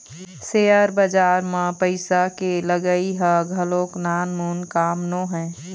share बजार म पइसा के लगई ह घलोक नानमून काम नोहय